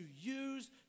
use